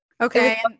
Okay